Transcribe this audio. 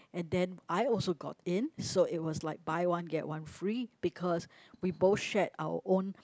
and then I also got in so it was like buy one get one free because we both shared our own